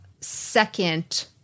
second